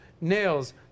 nails